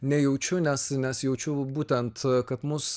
nejaučiu nes nes jaučiu būtent kad mus